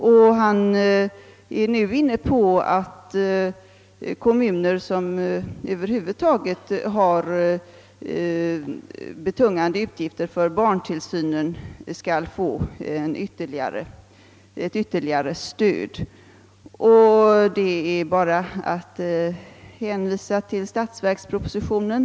Nu är han inne på att kommuner som över huvud taget har betungande utgifter för barntillsynen skall få ytterligare stöd. Det är bara att läsa vidare i statsverkspropositionen.